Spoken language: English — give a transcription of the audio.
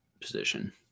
position